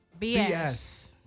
BS